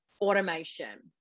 automation